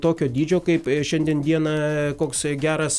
tokio dydžio kaip šiandien dieną koks geras